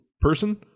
person